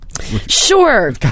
Sure